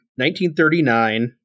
1939